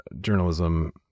journalism